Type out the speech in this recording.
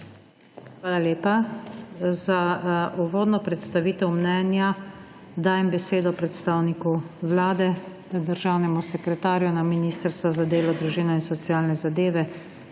Hvala lepa. Za uvodno predstavitev mnenja dajem besedo predstavniku vlade, državnemu sekretarju na Ministrstvu za delo, družino in socialne zadeve